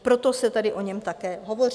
Proto se tady o něm také hovoří.